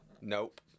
Nope